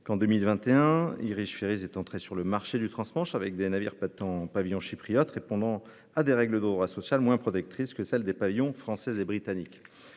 que, en 2021, Irish Ferries est entré sur le marché du transmanche avec des navires battant pavillon chypriote répondant à des règles de droit social moins protectrices que celles des pavillons français et britannique,